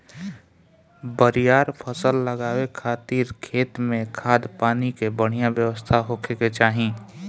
बरियार फसल लगावे खातिर खेत में खाद, पानी के बढ़िया व्यवस्था होखे के चाही